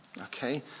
Okay